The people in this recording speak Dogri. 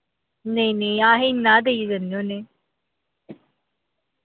नेईं नेईं अस इ'न्ना गै देइयै ज'न्ने होन्ने